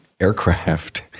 aircraft